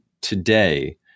today